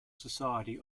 society